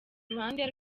ruhande